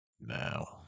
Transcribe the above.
now